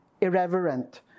irreverent